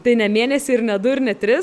tai ne mėnesį ir ne du ir ne tris